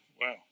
Wow